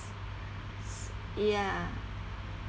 ya